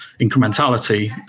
incrementality